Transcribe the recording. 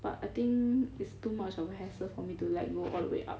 but I think is too much of a hassle for me to like go all the way up